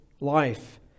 life